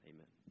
Amen